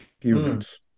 humans